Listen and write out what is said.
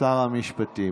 שר המשפטים.